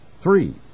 Three